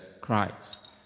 Christ